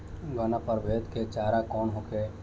उन्नत प्रभेद के चारा कौन होखे?